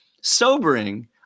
sobering